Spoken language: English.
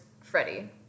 Freddie